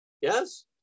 Yes